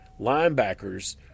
linebackers